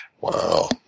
Wow